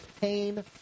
pain